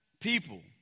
people